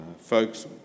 Folks